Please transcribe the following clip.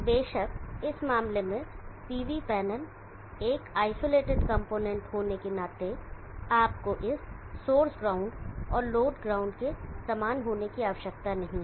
बेशक इस मामले में PV पैनल एक आइसोलेटेड कंपोनेंट होने के नाते आपको इस सोर्स ग्राउंड और लोड ग्राउंड के समान होने की जरूरत नहीं है